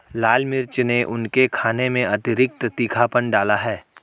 लाल मिर्च ने उनके खाने में अतिरिक्त तीखापन डाला है